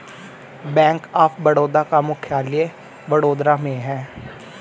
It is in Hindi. बैंक ऑफ बड़ौदा का मुख्यालय वडोदरा में है